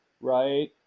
right